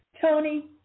Tony